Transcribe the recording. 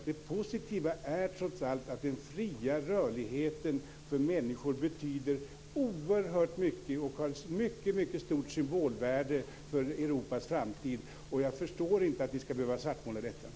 För bifall härtill krävdes att riksdagens beslut fattades antingen med tre fjärdedels majoritet eller i den ordning som gäller för stiftande av grundlag.